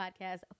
podcast